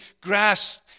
grasp